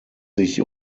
sich